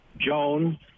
Jones